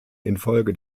infolge